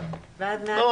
אנחנו